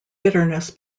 bitterness